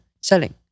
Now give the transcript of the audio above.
selling